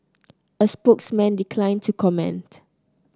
a spokesman declined to comment